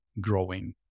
growing